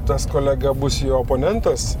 tas kolega bus jo oponentas